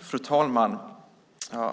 Fru talman!